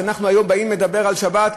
כשאנחנו היום באים לדבר על השבת,